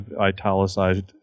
italicized